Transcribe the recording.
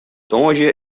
tongersdei